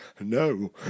no